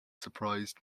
surprised